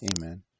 Amen